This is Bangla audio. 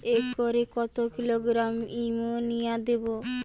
একরে কত কিলোগ্রাম এমোনিয়া দেবো?